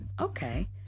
okay